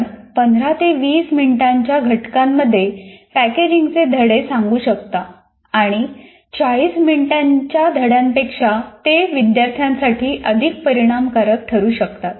आपण 15 ते 20 मिनिटांच्या घटकांमध्ये पॅकेजिंगचे धडे सांगू शकता आणि 40 मिनिटांच्या धड्यांपेक्षा ते विद्यार्थ्यांसाठी अधिक परिणामकारक ठरू शकतात